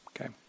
Okay